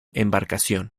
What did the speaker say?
embarcación